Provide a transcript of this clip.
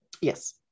Yes